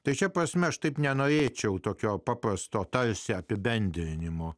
tai šia prasme aš taip nenorėčiau tokio paprasto tarsi apibendrinimo